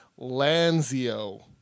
Lanzio